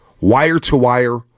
wire-to-wire